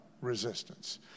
resistance